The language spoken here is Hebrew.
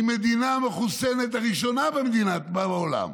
עם המדינה המחוסנת הראשונה בעולם,